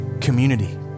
community